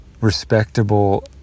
respectable